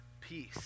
peace